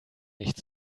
nicht